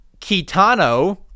Kitano